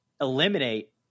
eliminate